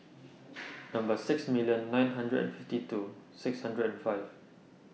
Number six million nine hundred and fifty two six hundred and five